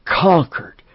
conquered